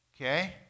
Okay